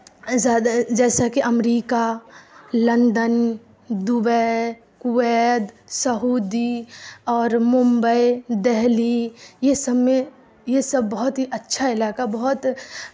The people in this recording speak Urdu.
زیادہ جیسا کہ America London Dubai Kuwait Saudi اور ممبئی دہلی یہ سب میں یہ سب بہت ہی اچھا علاقہ بہت